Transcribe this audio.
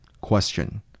Question